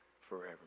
forever